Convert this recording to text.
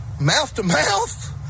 mouth-to-mouth